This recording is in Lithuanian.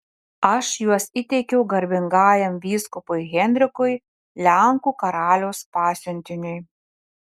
aš juos įteikiau garbingajam vyskupui henrikui lenkų karaliaus pasiuntiniui